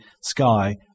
sky